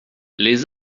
les